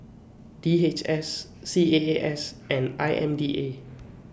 D H S C A A S and I M D A